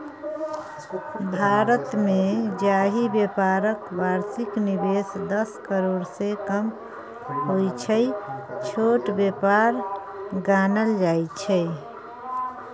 भारतमे जाहि बेपारक बार्षिक निबेश दस करोड़सँ कम होइ छै छोट बेपार गानल जाइ छै